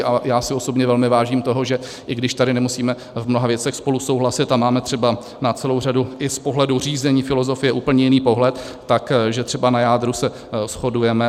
A já osobně si velmi vážím toho, že i když tady nemusíme v mnoha věcech spolu souhlasit a máme třeba na celou řadu i z pohledu řízení filozofie (?) úplně jiný pohled, tak že třeba na jádru se shodujeme.